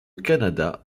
canada